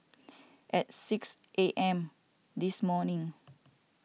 at six A M this morning